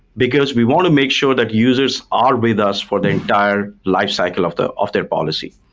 because we want to make sure that users are with us for the entire lifecycle of their of their policy.